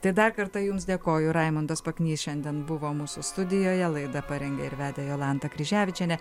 tai dar kartą jums dėkoju raimondas paknys šiandien buvo mūsų studijoje laidą parengė ir vedė jolanta kryževičienė